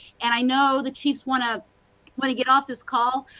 and i know the chiefs want to want to get off this call,